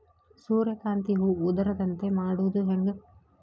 ಸೂರ್ಯಕಾಂತಿ ಹೂವ ಉದರದಂತೆ ಮಾಡುದ ಹೆಂಗ್?